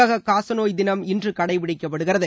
உலக காசநோய் தினம் இன்று கடைப்பிடிக்கப்படுகிறது